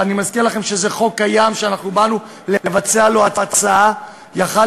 ואני מזכיר לכם שזה חוק קיים שביצענו לו הצעה: היה יכול